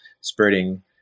spreading